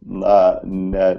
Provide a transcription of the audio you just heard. na ne